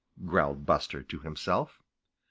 growled buster to himself.